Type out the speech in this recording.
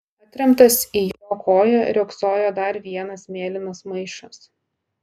atremtas į jo koją riogsojo dar vienas mėlynas maišas